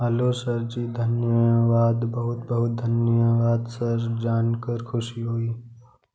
hello sir ji धन्यवाद बहुत बहुत धन्यवाद सर जानकर खुशी हुई